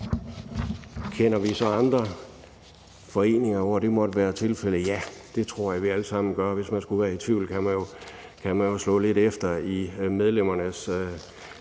Kender vi så andre foreninger, hvor det måtte være tilfældet? Ja, det tror jeg at vi alle sammen gør, og hvis man skulle være i tvivl, så kan man jo slå efter i medlemmernes